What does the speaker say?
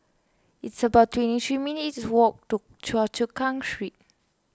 it's about twenty three minutes' walk to Choa Chu Kang Street